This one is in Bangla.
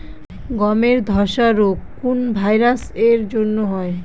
গমের ধসা রোগ কোন ভাইরাস এর জন্য হয়?